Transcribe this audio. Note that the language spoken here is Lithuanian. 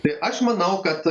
tai aš manau kad